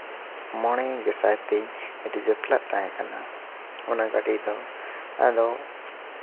ᱢᱚᱬᱮ ᱜᱮᱥᱟᱭ ᱛᱤᱧ ᱨᱤᱡᱟᱹᱵᱷ ᱞᱮᱫ ᱛᱟᱦᱮᱸ ᱠᱟᱱᱟ ᱚᱱᱟ ᱜᱟᱹᱰᱤ ᱫᱚ ᱟᱫᱚ